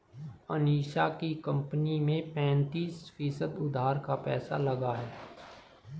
अनीशा की कंपनी में पैंतीस फीसद उधार का पैसा लगा है